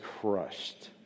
crushed